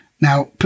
Now